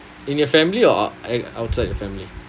in your family or at outside your family